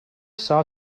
saw